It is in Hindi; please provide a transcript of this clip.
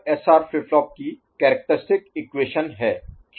तो यह SR फ्लिप फ्लॉप की कैरेक्टरिस्टिक इक्वेशन है